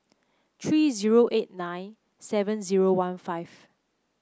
three zero eight nine seven zero one five